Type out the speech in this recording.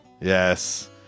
Yes